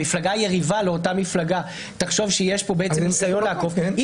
המפלגה היריבה לאותה מפלגה תחשוב שיש פה נושא לא --- היא